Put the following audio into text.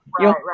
right